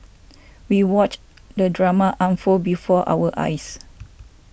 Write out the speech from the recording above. we watched the drama unfold before our eyes